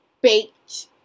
baked